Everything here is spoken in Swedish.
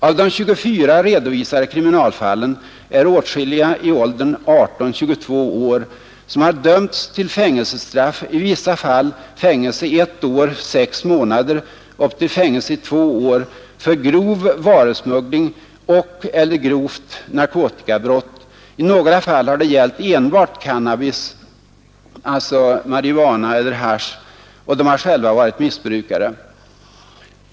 Av de 24 redovisade kriminalfallen är åtskilliga i åldern 18—22 år, som dömts till fängelsestraff, i vissa fall till fängelse i ett år sex månader och upp till fängelse i två år, för grov varusmuggling och/eller grovt narkotikabrott. I några fall har det gällt enbart cannabis, dvs. marihuana eller haschisch, och de har själva varit missbrukare.